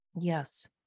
Yes